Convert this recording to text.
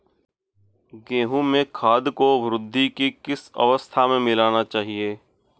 गेहूँ में खाद को वृद्धि की किस अवस्था में मिलाना चाहिए?